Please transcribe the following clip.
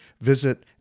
Visit